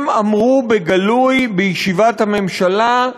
הם אמרו בגלוי, בישיבת הממשלה,